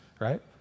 right